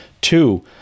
Two